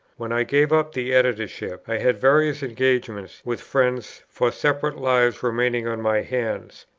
when i gave up the editorship, i had various engagements with friends for separate lives remaining on my hands.